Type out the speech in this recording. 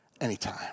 anytime